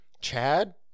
Chad